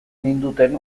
ninduten